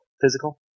physical